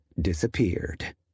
disappeared